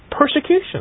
persecution